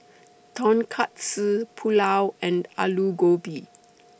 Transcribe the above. Tonkatsu Pulao and Alu Gobi